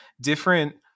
different